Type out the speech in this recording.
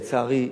לצערי,